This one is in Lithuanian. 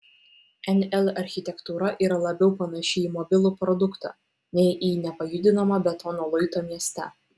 nl architektūra yra labiau panaši į mobilų produktą nei į nepajudinamą betono luitą mieste